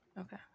Okay